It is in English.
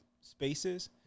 spaces